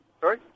Sorry